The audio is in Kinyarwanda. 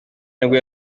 nabo